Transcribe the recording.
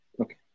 Okay